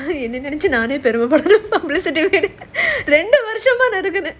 !hais! என்னை நெனச்சி நானே பெருமை படுறேன் ரெண்டு வருஷமா நடக்குது:ennai nenachi naanae peruma paduraen rendu varushamaa nadakuthu